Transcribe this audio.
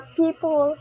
people